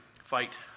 fight